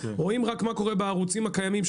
רואים רק מה קורה בערוצים הקיימים,